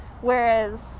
Whereas